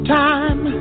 time